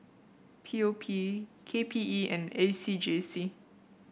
P O P K P E and A C J C